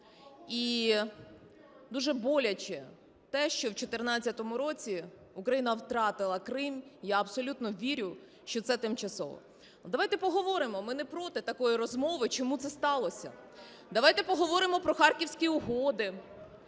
І дуже боляче те, що в 2014 році Україна втратила Крим. Я абсолютно вірю, що це тимчасово. Давайте поговоримо, ми не проти такої розмови, чому це сталося. Давайте поговоримо про Харківські угоди,